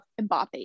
Mbappe